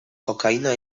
kokaina